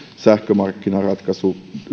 sähkömarkkinaratkaisu